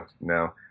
no